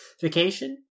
vacation